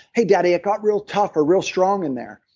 hey daddy, it got real tough or real strong in there.